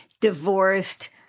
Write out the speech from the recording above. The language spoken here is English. divorced